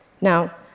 Now